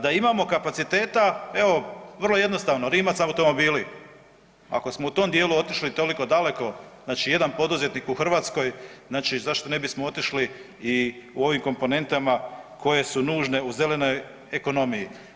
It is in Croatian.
Da imamo kapaciteta evo vrlo jednostavno Rimac automobili, ako smo u tom dijelu otišli toliko daleko, znači jedan poduzetnik u Hrvatskoj, znači zašto ne bismo otišli i u ovim komponentama koje su nužne u zelenoj ekonomiji.